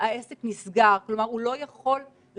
זה רק מה שאנחנו יכולים ולא יכולים משהו אחר,